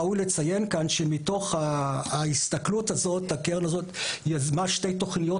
ראוי לציין כאן שהקרן הזאת יזמה שתי תוכניות